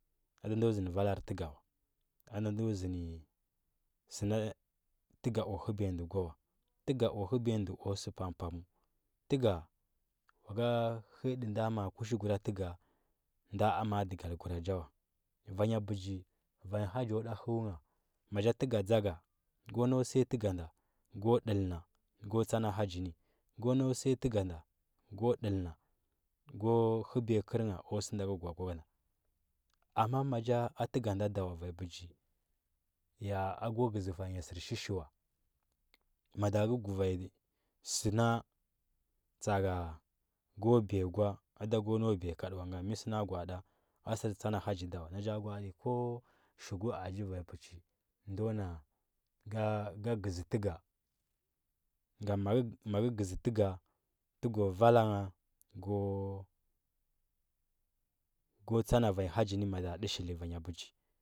Ada ndo zəndə valar təuga wo aɗa zondə sə təuga o həbiya ndə gwa wa təuga o həbiya ndə o sə pam paməu təuga go nga həya də nda ma. a kushi gura nja wan da ama dugal gura nja wa vanya bəji vanyi haggu da hu ngha maja təuga dza ga go nau səya təuga nda go dəl nela go tsa na hagi ni go nau səya təuga nda go dəl nda go ləbiya kərngha o sə nda nge gwa gwa nda amma maja a tduga adad awa va nyi bəgi ga a go gəzi va nya sərshishi wa maɗa ngə go va nya sə na tsa, aga goo biya gwa ada go nau biya kadə wan gam mə sə na gwadə a sər tsa na haggi wa nan ja gwa də ko gu aji va nyi pəchi ndo nan ga gəzi təuga ngam ma ngə ma ngə gəzi təuga təuga vala ngha go tsa na vanyi hagg int mada ɗə shili vanya ɓəji,